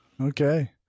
Okay